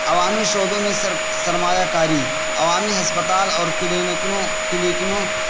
عوامی شعبے میں سرمایہ کاری عوامی ہسپتال اور کلینکنوں کلیکنوں